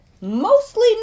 mostly